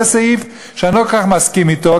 זה סעיף שאני לא כל כך מסכים אתו,